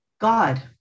God